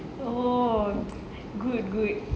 oh good good